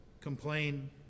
complain